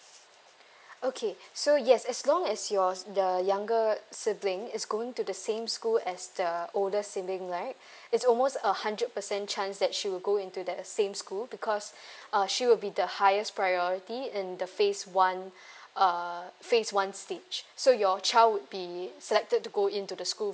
okay so yes as long as yours the younger sibling is going to the same school as the older sibling right it's almost a hundred percent chance that she will go into the same school because uh should be the highest priority in the phase one uh phase one stage so your child would be selected to go into the school